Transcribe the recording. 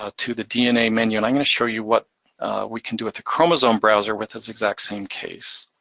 ah to the dna menu, and i'm gonna show you what we can do with the chromosome browser with this exact same case.